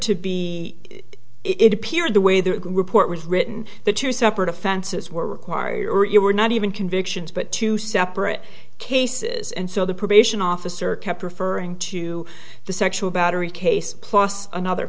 to be it appeared the way the report was written that two separate offenses were required or you were not even convictions but two separate cases and so the probation officer kept referring to the sexual battery case plus another